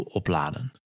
opladen